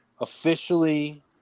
officially